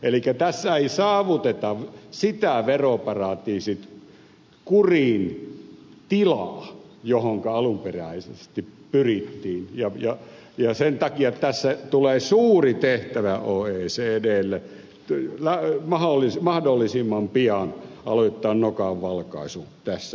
elikkä tässä ei saavuteta sitä veroparatiisit kuriin tilaa johonka alun perin pyrittiin ja sen takia tässä tulee suuri tehtävä oecdlle mahdollisimman pian aloittaa nokanvalkaisu tässä asiassa